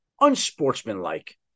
unsportsmanlike